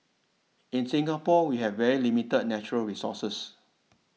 in Singapore we have very limited natural resources